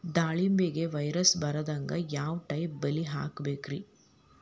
ದಾಳಿಂಬೆಗೆ ವೈರಸ್ ಬರದಂಗ ಯಾವ್ ಟೈಪ್ ಬಲಿ ಹಾಕಬೇಕ್ರಿ?